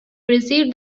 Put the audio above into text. received